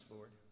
Lord